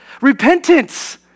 Repentance